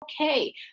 okay